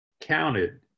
counted